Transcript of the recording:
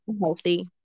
Healthy